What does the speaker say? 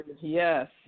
Yes